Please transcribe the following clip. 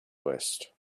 vest